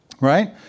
right